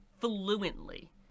fluently